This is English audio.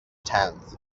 tenth